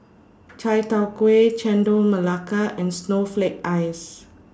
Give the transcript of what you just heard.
Chai Tow Kuay Chendol Melaka and Snowflake Ice